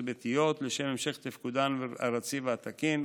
החוץ-ביתיות לשם המשך תפקודן הרציף והתקין,